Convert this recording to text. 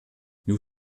nous